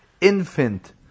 infant